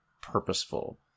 purposeful